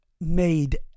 made